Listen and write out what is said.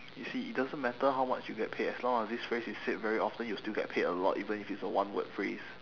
you see it doesn't matter how much you get paid as long as this phrase is said very often you'll still get paid a lot even if it's a one word phrase